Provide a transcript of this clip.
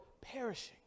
perishing